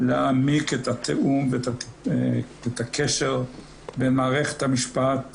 להעמיק את התיאום ואת הקשר בין מערכת המשפט,